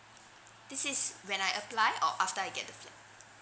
this is when I apply or after I get the flat